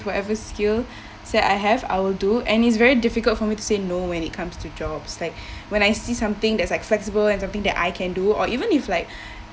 whatever skillset I have I will do and it's very difficult for me to say no when it comes to jobs like when I see something that's accessible and something that I can do or even if like